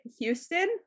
Houston